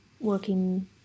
working